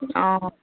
ᱚ